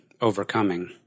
overcoming